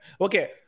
okay